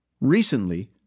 Recently